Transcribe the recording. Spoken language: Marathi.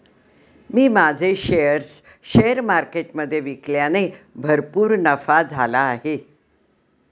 मी माझे शेअर्स शेअर मार्केटमधे विकल्याने भरपूर नफा झाला आहे